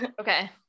Okay